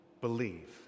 Believe